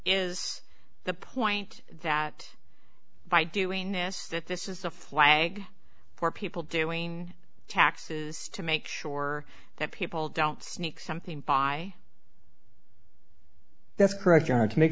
is the point that by doing this that this is a flag for people doing taxes to make sure that people don't sneak something by that's correct aaron to make